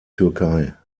türkei